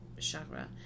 chakra